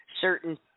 certain